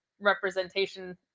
representation